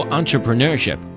entrepreneurship